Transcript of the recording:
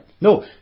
No